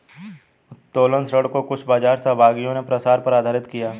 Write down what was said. उत्तोलन ऋण को कुछ बाजार सहभागियों ने प्रसार पर आधारित किया